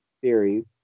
series